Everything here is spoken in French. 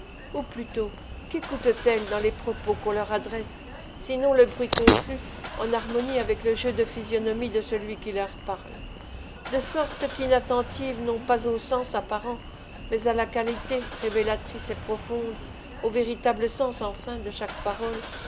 ou plutôt quécoutent elles dans les propos qu'on leur adresse sinon le bruit confus en harmonie avec le jeu de physionomie de celui qui leur parle de sorte qu'inattentives non pas au sens apparent mais à la qualité révélatrice et profonde au véritable sens enfin de chaque parole